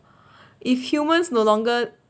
if humans no longer